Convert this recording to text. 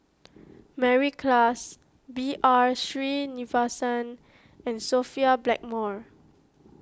Mary Klass B R Sreenivasan and Sophia Blackmore